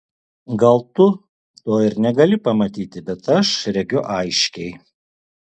gal tu to ir negali pamatyti bet aš regiu aiškiai